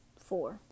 Four